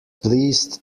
pleased